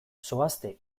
zoazte